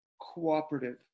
cooperative